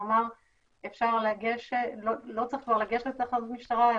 כלומר לא צריך כבר לגשת לתחנות משטרה,